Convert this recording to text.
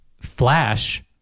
Flash